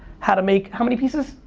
how to make, how many pieces,